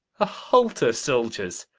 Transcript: a halter, soldiers!